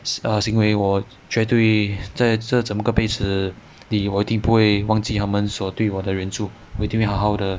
err 行为我绝对在这整个辈子里我的不会忘记他们所对我的援助我一定会好好地